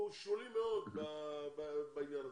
הוא שולי מאוד בעניין הזה.